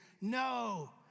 no